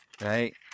right